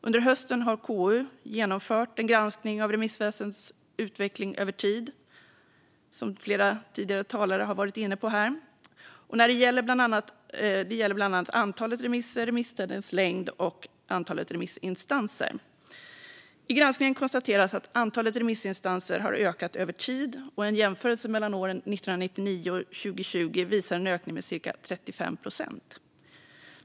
Under hösten har KU genomfört en granskning av remissväsendets utveckling över tid, som flera tidigare talare har varit inne på. Det gäller bland annat antalet remisser, remisstidens längd och antalet remissinstanser. I granskningen konstateras att antalet remissinstanser har ökat över tid. En jämförelse mellan åren 1999 och 2020 visar en ökning med cirka 35 procent.